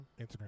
Instagram